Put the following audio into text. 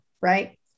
right